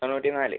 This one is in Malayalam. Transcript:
തൊണ്ണൂറ്റി നാല്